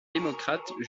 démocrate